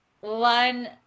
one